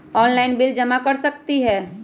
Online bill जमा कर सकती ह?